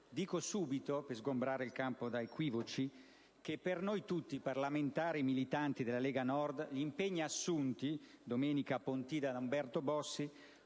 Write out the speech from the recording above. Dico subito, per sgombrare il campo da equivoci, che per noi tutti parlamentari e militanti della Lega Nord gli impegni assunti domenica a Pontida da Umberto Bossi